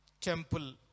temple